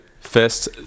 first